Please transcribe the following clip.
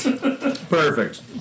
perfect